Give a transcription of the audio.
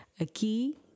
Aqui